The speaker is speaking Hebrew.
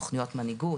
תוכניות מנהיגות,